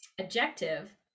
adjective